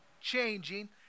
changing